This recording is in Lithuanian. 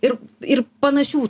ir ir panašių